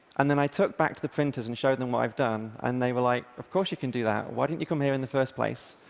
and then i took it back to the printers and showed them what i've done, and they were like, of course you can do that. why didn't you come here in the first place?